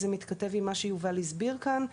וזה מתכתב עם מה שיובל הסביר כאן.